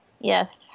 Yes